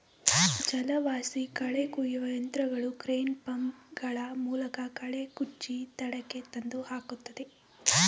ಜಲವಾಸಿ ಕಳೆ ಕುಯ್ಯುವ ಯಂತ್ರಗಳು ಕ್ರೇನ್, ಪಂಪ್ ಗಳ ಮೂಲಕ ಕಳೆ ಕುಚ್ಚಿ ದಡಕ್ಕೆ ತಂದು ಹಾಕುತ್ತದೆ